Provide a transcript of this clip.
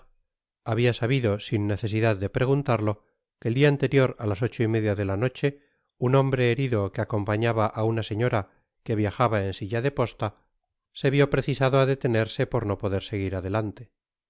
habia sabido sin necesidad de preguntarlo que el dia anterior á las ocho y media de la noche un hombre herido que acompañaba á una señora que viajaba en silla de posta se vió precisado á detenerse por no poder seguir adelante